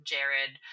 Jared